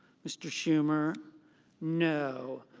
mr. schumer no.